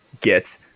get